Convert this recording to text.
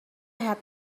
had